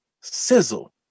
sizzle